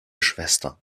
schwester